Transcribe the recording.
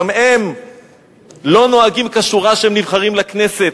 גם הם לא נוהגים כשורה כשהם נבחרים לכנסת,